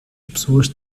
pessoas